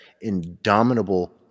indomitable